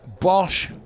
Bosch